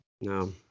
No